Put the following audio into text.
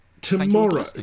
Tomorrow